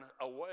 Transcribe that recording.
away